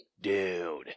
Dude